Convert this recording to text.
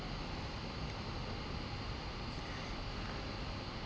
um